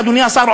אדוני השר,